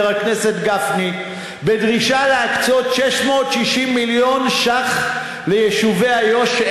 הכנסת גפני בדרישת 660 מיליון ש"ח ליישובי איו"ש,